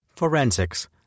Forensics